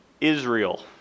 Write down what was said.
Israel